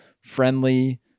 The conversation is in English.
friendly